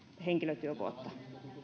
henkilötyövuotta